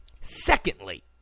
Secondly